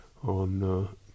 On